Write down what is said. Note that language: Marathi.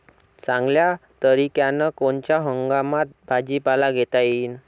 चांगल्या तरीक्यानं कोनच्या हंगामात भाजीपाला घेता येईन?